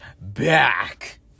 back